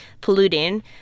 polluting